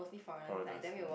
foreigners